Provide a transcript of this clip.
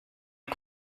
est